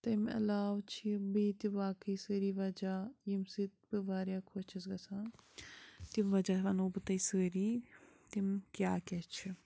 تَمہِ علاوٕ چھِ بیٚیہِ تہِ باقٕے سٲری وَجہ ییٚمہِ سۭتۍ بہٕ واریاہ خوش چھَس گژھان تِم وَجہ وَنو بہٕ تۄہہِ سٲری تِم کیٛاہ کیٛاہ چھِ